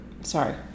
Sorry